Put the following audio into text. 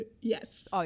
yes